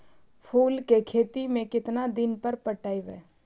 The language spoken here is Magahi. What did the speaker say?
फूल के खेती में केतना दिन पर पटइबै?